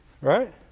Right